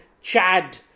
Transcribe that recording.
Chad